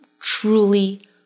truly